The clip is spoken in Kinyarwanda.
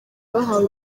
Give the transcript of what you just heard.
bahawe